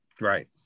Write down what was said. Right